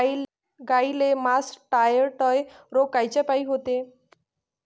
गाईले मासटायटय रोग कायच्यापाई होते?